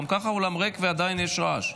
גם ככה האולם ריק, ועדיין יש רעש.